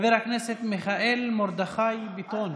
חבר הכנסת מיכאל מרדכי ביטון.